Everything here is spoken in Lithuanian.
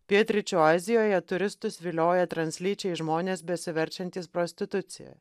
pietryčių azijoje turistus vilioja translyčiai žmonės besiverčiantys prostitucija